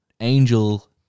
Angel